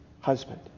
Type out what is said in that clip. husband